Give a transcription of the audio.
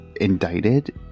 indicted